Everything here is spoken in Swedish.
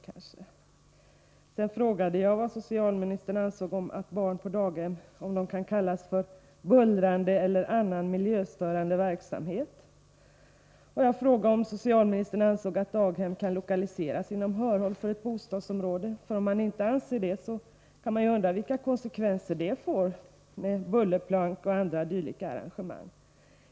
Vidare frågade jag om barn på daghem kan kallas för bullrande eller annan miljöstörande verksamhet, och jag frågade om socialministern ansåg att daghem kan lokaliseras inom hörhåll för ett bostadsområde. Om han inte anser det, undrar jag vilka konsekvenser det får i form av bullerplank och andra dylika arrangemang.